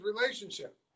relationship